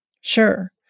Sure